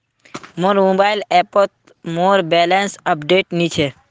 मोर मोबाइल ऐपोत मोर बैलेंस अपडेट नि छे